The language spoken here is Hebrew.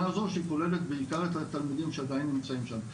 הזו שהיא כוללת בעיקר את התלמידים שעדיין נמצאים שם.